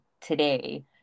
today